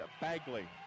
Bagley